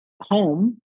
home